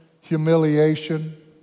humiliation